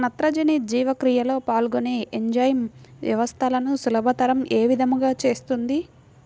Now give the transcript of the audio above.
నత్రజని జీవక్రియలో పాల్గొనే ఎంజైమ్ వ్యవస్థలను సులభతరం ఏ విధముగా చేస్తుంది?